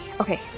Okay